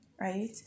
right